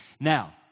Now